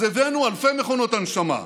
אז הבאנו אלפי מכונות הנשמה,